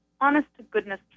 honest-to-goodness